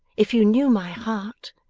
if you knew my heart.